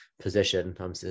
position